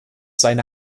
seine